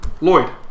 Lloyd